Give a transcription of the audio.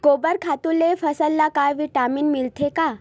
गोबर खातु ले फसल ल का विटामिन मिलथे का?